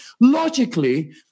Logically